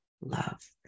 love